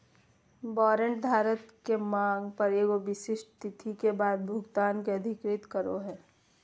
warrant धारक के मांग पर एगो विशिष्ट तिथि के बाद भुगतान के अधिकृत करो हइ